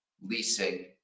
leasing